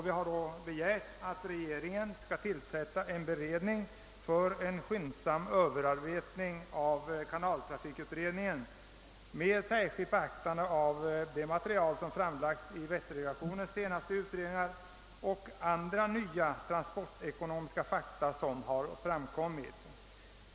Vi har begärt att regeringen skall tillsätta en beredning för en skyndsam överarbetning av kanaltrafikutredningen med särskilt beaktande av det material som framlagts i Vätterdelegationens senaste utredningar och andra nya transportekonomiska fakta som framkommit.